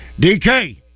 DK